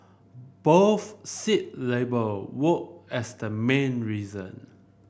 both cited labour woe as the main reason